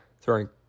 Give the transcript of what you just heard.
Throwing